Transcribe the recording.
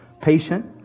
patient